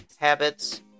Habits